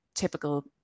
typical